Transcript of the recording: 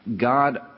God